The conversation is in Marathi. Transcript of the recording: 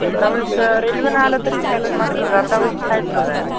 येता वेळेस रेल्वेनं आलं तरी चालंल मात्र जाता वेळेस फ्लाईटनं जाय